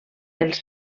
els